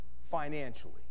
financially